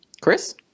Chris